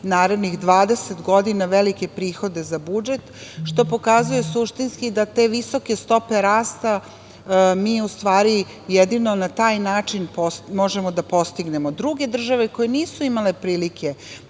narednih 20 godina velike prihode za budžet, što pokazuje suštinski da te visoke stope rasta mi u stvari jedino na taj način možemo da postignemo. Druge države koje nisu imale prilike